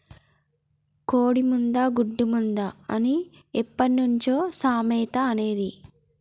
కోడి ముందా, గుడ్డు ముందా అని ఎప్పట్నుంచో సామెత అనేది